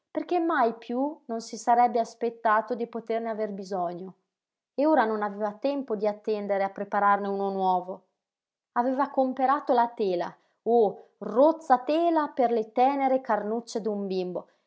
perché mai piú non si sarebbe aspettato di poterne aver bisogno e ora non aveva tempo di attendere a prepararne uno nuovo aveva comperato la tela oh rozza tela per le tènere carnucce d'un bimbo